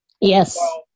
Yes